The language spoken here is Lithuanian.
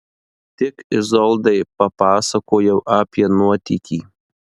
tik izoldai papasakojau apie nuotykį